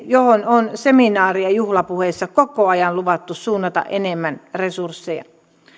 johon on seminaarien juhlapuheissa koko ajan luvattu suunnata enemmän resursseja